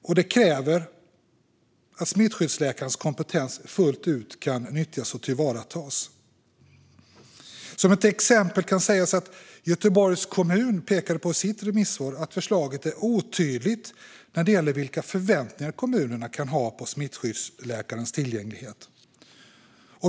Detta kräver att smittskyddsläkarens kompetens fullt ut kan nyttjas och tillvaratas. Som ett exempel kan sägas att Göteborgs kommun i sitt remissvar pekade på att förslaget är otydligt när det gäller vilka förväntningar kommunerna kan ha på smittskyddsläkarens tillgänglighet.